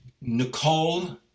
Nicole